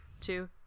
two